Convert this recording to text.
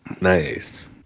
Nice